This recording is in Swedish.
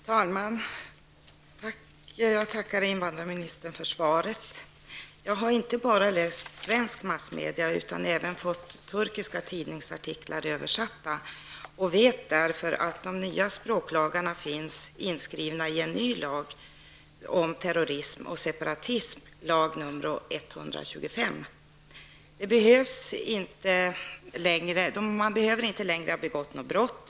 Herr talman! Jag tackar invandrarministern för svaret. Jag har inte bara läst svensk massmedia, utan jag har även tagit del av turkiska tidningsartiklar som har översatts åt mig. Jag vet därför att språklagarna finns inskrivna i en ny lag om terrorism och separatism, lag nr 125. Man behöver inte längre ha begått något brott.